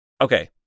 Okay